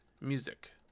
Music